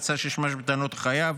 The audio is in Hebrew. אם מצא שיש ממש בטענות של החייב.